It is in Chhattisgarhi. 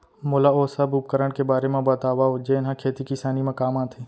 मोला ओ सब उपकरण के बारे म बतावव जेन ह खेती किसानी म काम आथे?